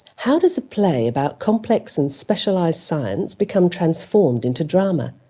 how does a play about complex and specialised science become transformed into drama?